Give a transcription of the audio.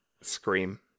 Scream